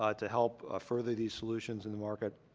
ah to help, ah, further these solutions in the market.